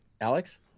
Alex